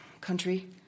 country